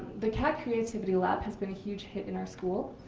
the cat creativity lab has been a huge hit in our school.